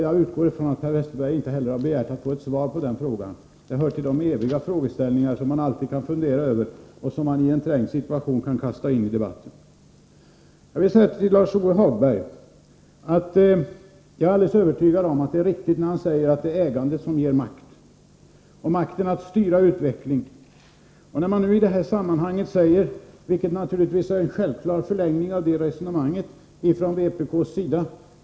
Jag utgår ifrån att Per Westerberg inte heller har begärt att få ett svar på den frågan. Den hör ju till de eviga frågeställningarna, som man alltid kan fundera över och som man i en trängd situation kan kasta in i debatten. Till Lars-Ove Hagberg: Jag är alldeles övertygad om att det är riktigt att ägande ger makt — makten att styra utvecklingen. När Lars-Ove Hagberg i det sammanhanget säger att staten borde vidga sitt ägande är det en självklar förlängning av det här resonemanget från vpk:s sida.